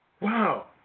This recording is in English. Wow